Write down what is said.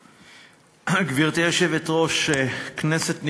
1. גברתי היושבת-ראש, כנסת נכבדה,